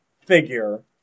figure